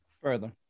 Further